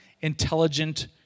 intelligent